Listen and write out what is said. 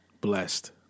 blessed